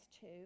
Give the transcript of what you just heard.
two